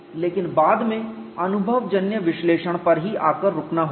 लेकिन बाद में अनुभवजन्य विश्लेषण पर ही आकर रुकना होगा